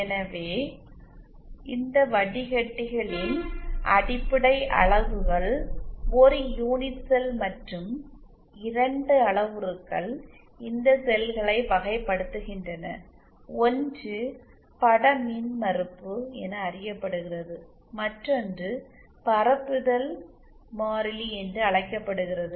எனவே இந்த வடிகட்டிகளின் அடிப்படை அலகுகள் ஒரு யூனிட் செல் மற்றும் இரண்டு அளவுருக்கள் இந்த செல்களை வகைப்படுத்துகின்றன ஒன்று பட மின்மறுப்பு என அறியப்படுகிறது மற்றொன்று பரப்புதல் மாறிலி என்று அழைக்கப்படுகிறது